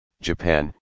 Japan